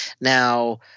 now